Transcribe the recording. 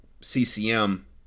CCM